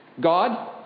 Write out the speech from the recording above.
God